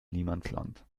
niemandsland